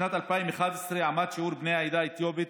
בשנת 2011 עמד שיעור בני העדה האתיופית